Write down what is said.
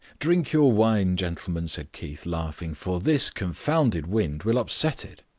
drink your wine, gentlemen, said keith, laughing, for this confounded wind will upset it.